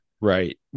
Right